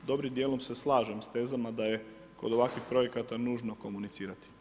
Dobrim dijelom se slažem s tezama, da je kod ovakvih projekata nužno komunicirati.